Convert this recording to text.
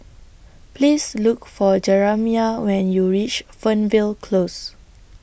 Please Look For Jeramiah when YOU REACH Fernvale Close